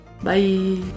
Bye